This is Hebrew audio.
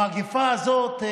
המגפה הזאת,